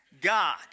God